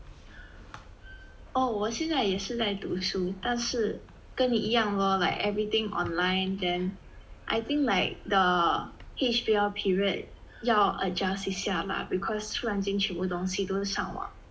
oh 我现在也是在读书但是跟你一样 lor like everything online then I think like the H_B_L period 要 adjust 一下吧 because 突然间全部东西都上网